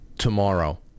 tomorrow